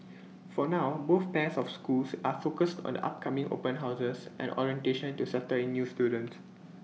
for now both pairs of schools are focused on the upcoming open houses and orientation to settle in new students